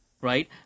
Right